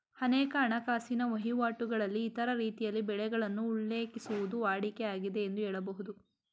ಅನೇಕ ಹಣಕಾಸಿನ ವಹಿವಾಟುಗಳಲ್ಲಿ ಇತರ ರೀತಿಯಲ್ಲಿ ಬೆಲೆಗಳನ್ನು ಉಲ್ಲೇಖಿಸುವುದು ವಾಡಿಕೆ ಆಗಿದೆ ಎಂದು ಹೇಳಬಹುದು